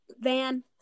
Van